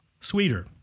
sweeter